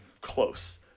Close